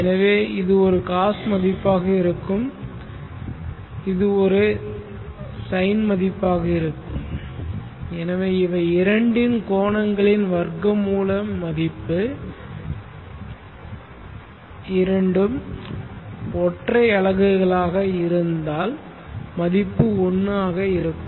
எனவே இது ஒரு காஸ் மதிப்பாக இருக்கும் இது ஒரு சைன் மதிப்பாக இருக்கும் எனவே இவை இரண்டின் கோணங்களின் வர்க்கமூலம் மதிப்பு இவை இரண்டும் ஒற்றை அலகுகளாக இருந்தால் மதிப்பு 1 ஆக இருக்கும்